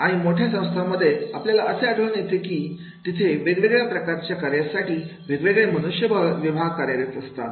आणि मोठ्या संस्थांमध्ये आपल्याला असे आढळून येते की तिथे वेगवेगळ्या प्रकारच्या कार्यासाठी वेगवेगळे मनुष्यबळ विकास विभाग कार्यरत असतात